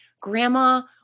grandma